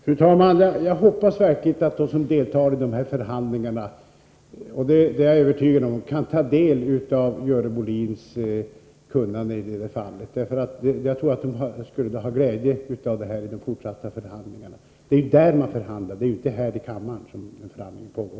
Fru talman! Jag är övertygad om att de som deltar i de här förhandlingarna verkligen kommer att ta del av Görel Bohlins kunnande i detta fall. Jag tror att de skulle ha glädje av det i de fortsatta förhandlingarna. Det är på lokal nivå man förhandlar — det är inte här i kammaren som en förhandling pågår.